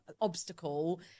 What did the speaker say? obstacle